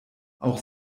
auch